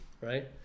right